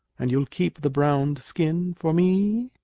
and you'll keep the browned skin for me?